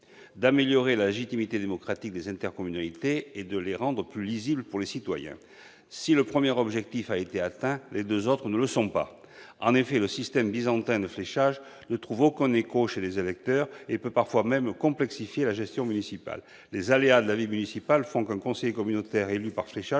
d'améliorer la légitimité démocratique des intercommunalités et de rendre leur fonctionnement plus lisible pour les citoyens. Si le premier objectif a été atteint, les deux autres ne le sont pas. En effet, le système byzantin de fléchage ne trouve aucun écho chez les électeurs et peut parfois même complexifier la gestion municipale. Les aléas de la vie municipale font qu'un conseiller communautaire, élu par fléchage,